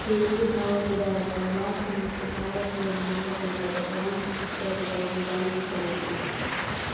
ತೆರಿಗೆ ಪಾವತಿದಾರರ ವಿಳಾಸ ಮತ್ತು ಪಾವತಿಯನ್ನು ಮಾಡಬೇಕಾದ ಬ್ಯಾಂಕ್ ಇತ್ಯಾದಿಗಳನ್ನು ಗಮನಿಸಬೇಕು